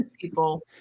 people